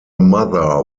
mother